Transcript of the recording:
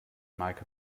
meike